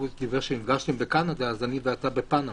הוא אמר שנפגשתם בקנדה, אז אני ואתה בפנמה,